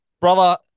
brother